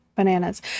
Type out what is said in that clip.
bananas